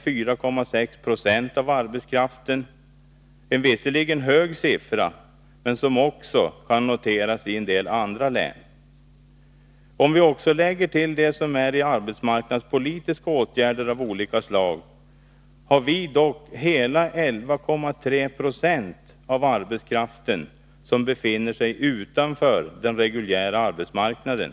4,6 90 av arbetskraften — en siffra som visserligen är hög men som också kan noteras i en del andra län. Om vi också lägger till dem som är föremål för arbetsmarknadspolitiska åtgärder av olika slag befinner sig dock hela 11,3 26 av vår arbetskraft utanför den reguljära arbetsmarknaden.